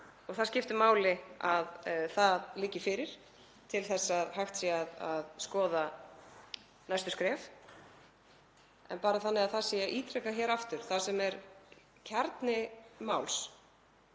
Það skiptir máli að það liggi fyrir til að hægt sé að skoða næstu skref. En bara þannig að það sé ítrekað hér aftur, það sem er kjarni máls